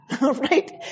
Right